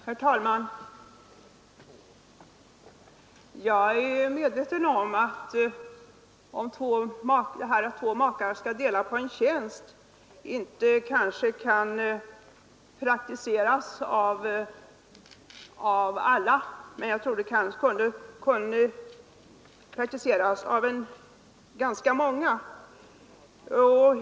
Herr talman! Jag är medveten om att metoden att två makar delar på en tjänst inte kan praktiseras av alla — men jag tror att den kunde praktiseras av ganska många.